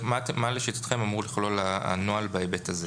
מה לשיטתכם אמור לכלול הנוהל בהיבט הזה?